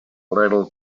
little